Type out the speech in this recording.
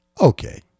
Okay